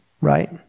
Right